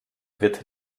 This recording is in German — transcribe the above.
wird